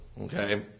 Okay